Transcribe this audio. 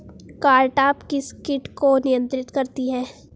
Cartap किस किट को नियंत्रित करती है?